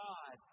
God